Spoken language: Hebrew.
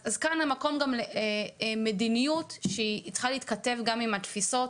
אז כאן המקום גם למדיניות שצריכה להתכתב גם עם התפיסות